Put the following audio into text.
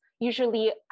usually